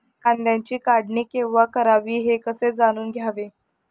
कांद्याची काढणी केव्हा करावी हे कसे जाणून घ्यावे?